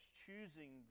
choosing